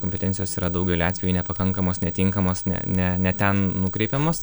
kompetencijos yra daugeliu atvejų nepakankamos netinkamos ne ne ne ten nukreipiamos